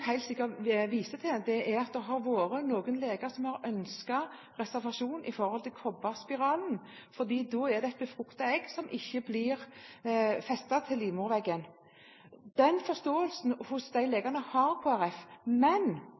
at det har vært noen leger som har ønsket reservasjon med tanke på kobberspiralen, for da er det et befruktet egg som ikke blir festet til livmorveggen. Kristelig Folkeparti har forståelse for de legene,